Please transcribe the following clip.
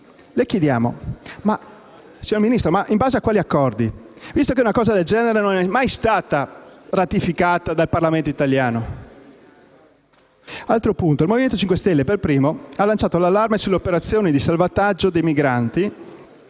Le chiediamo: in base a quali accordi, visto che una cosa del genere non è mai stata ratificata dal Parlamento italiano? Il Movimento 5 Stelle per primo ha lanciato l'allarme sulle operazioni di salvataggio dei migranti